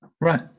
Right